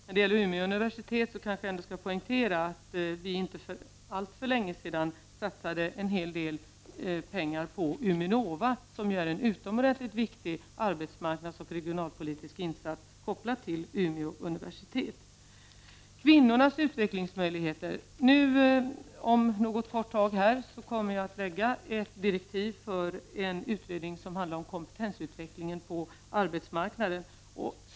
I fråga om Umeå universitet kanske jag ändå skall poängtera att vi, för inte alltför länge sedan, satsade en hel del pengar på UMINOVA, vilket är en utomordentligt viktig arbetsmarknadsoch regionalpolitisk insats, kopplad till Umeå universitet. Nu till frågan om kvinnornas möjligheter till utveckling på arbetsmarknaden. Inom kort kommer jag att lägga fram direktiven till en utredning om kompetensutvecklingen på arbetsmarknaden.